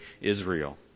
Israel